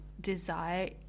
desire